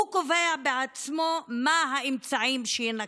הוא קובע בעצמו מה האמצעים שיינקטו,